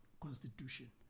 constitution